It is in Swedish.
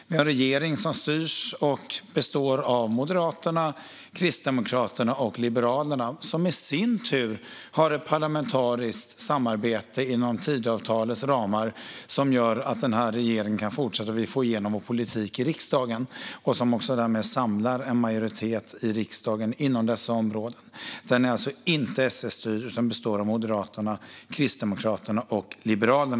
Vi har en regering som styrs och består av Moderaterna, Kristdemokraterna och Liberalerna, som i sin tur har ett parlamentariskt samarbete inom Tidöavtalets ramar som gör att denna regering kan fortsätta att få igenom sin politik i riksdagen och som alltså samlar en majoritet i riksdagen inom dessa områden. Regeringen är alltså inte SD-styrd utan består av Moderaterna, Kristdemokraterna och Liberalerna.